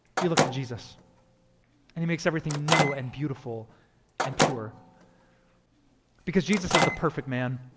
you look to jesus and he makes everything new and beautiful and pure because jesus is the perfect man.